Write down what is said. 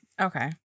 Okay